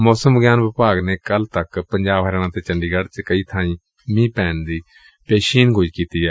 ਮੌਸਮ ਵਿਗਿਆਨ ਵਿਭਾਗ ਨੇ ਕੱਲ੍ਹ ਤੱਕ ਪੰਜਾਬ ਹਰਿਆਾਣ ਤੇ ਚੰਡੀਗਤ੍ਹ ਚ ਕਈ ਬਾਈਂ ਮੀਂਹ ਪੈਣ ਦੀ ਪੇਸ਼ੀਨਗੋਈ ਕੀਤੀ ਏ